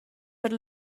per